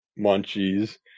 munchies